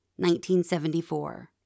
1974